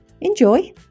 Enjoy